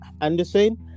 Anderson